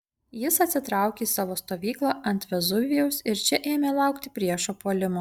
jis atsitraukė į savo stovyklą ant vezuvijaus ir čia ėmė laukti priešo puolimo